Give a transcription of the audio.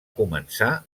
començar